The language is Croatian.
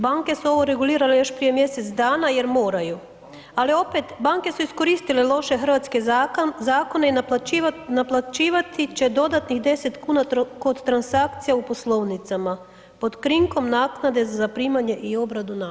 Banke su ovo regulirale još prije mjesec dana jer moraju, ali opet banke su iskoristile loše hrvatske zakone i naplaćivat će dodatnih deset kuna kod transakcijama u poslovnicama pod krinkom naknade za zaprimanje i obradu naloga.